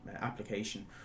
application